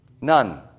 None